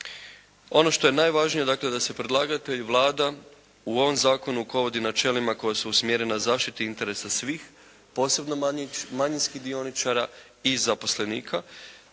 Ono što je najvažnije dakle da se predlagatelj Vlada, u ovom zakonu rukovodi načelima koja su usmjerena zaštiti interesa svih, posebno manjinskih dioničara i zaposlenika